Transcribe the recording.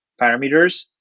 parameters